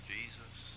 Jesus